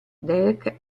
derek